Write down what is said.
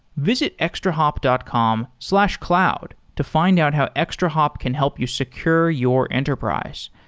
visit extrahop dot com slash cloud to find out how extrahop can help you secure your enterprise.